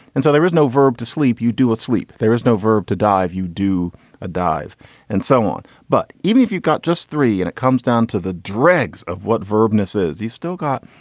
and so there is no verb to sleep. you do with sleep. there is no verb to die. you do a dive and so on. but even if you've got just three and it comes down to the dregs of what verb ennis's he's still got,